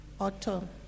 autumn